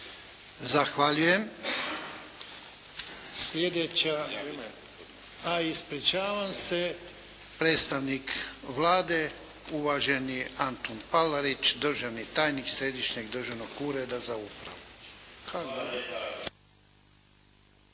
Zahvaljujem. Slijedeća. Ispričavam se, predstavnik Vlade, uvaženi Antun Palarić državni tajnik Središnjeg državnog ureda za upravu.